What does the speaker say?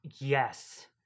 Yes